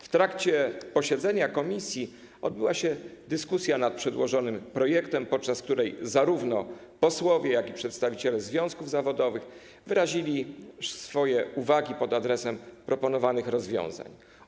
W trakcie posiedzenia komisji odbyła się dyskusja nad przedłożonym projektem, podczas której zarówno posłowie, jak i przedstawiciele związków zawodowych wyrazili swoje uwagi na temat proponowanych rozwiązań.